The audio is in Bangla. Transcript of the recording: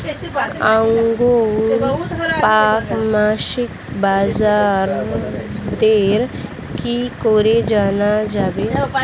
আঙ্গুরের প্রাক মাসিক বাজারদর কি করে জানা যাবে?